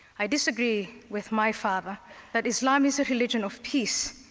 i disagree with my father that islam is a religion of peace,